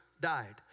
died